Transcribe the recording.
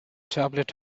tablet